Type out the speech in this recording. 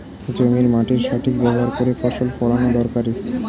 জমির মাটির সঠিক ব্যবহার করে ফসল ফলানো দরকারি